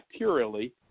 bacterially